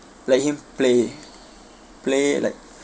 let him play play like